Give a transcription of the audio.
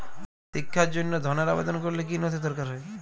শিক্ষার জন্য ধনের আবেদন করলে কী নথি দরকার হয়?